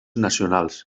nacionals